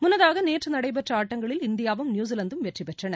முன்னதாக நேற்று நடைபெற்ற ஆட்டங்களில் இந்தியாவும் நியூசிலாந்தும் வெற்றி பெற்றன